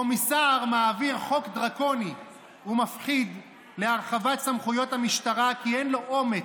קומיסער מעביר חוק דרקוני ומפחיד להרחבת סמכויות המשטרה כי אין לו אומץ,